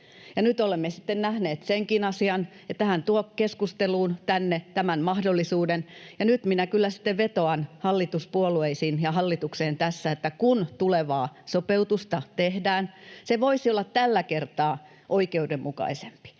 nyt olemme sitten nähneet senkin asian, että hän tuo tänne keskusteluun tämän mahdollisuuden. Nyt minä kyllä sitten vetoan tässä hallituspuolueisiin ja hallitukseen, että kun tulevaa sopeutusta tehdään, se voisi olla tällä kertaa oikeudenmukaisempi.